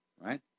right